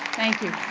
thank you.